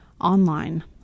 online